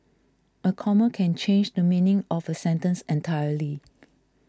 a comma can change the meaning of a sentence entirely